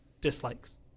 dislikes